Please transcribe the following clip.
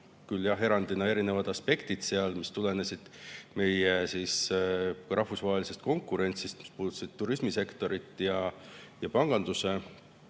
Küll jah olid erinevad aspektid, mis tulenesid meie rahvusvahelisest konkurentsist, mis puudutasid turismisektorit ja panganduse